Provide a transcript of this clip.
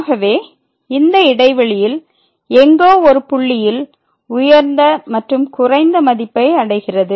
ஆகவே இந்த இடைவெளியில் எங்கோ ஒரு புள்ளியில் உயர்ந்த மற்றும் குறைந்த மதிப்பை அடைகிறது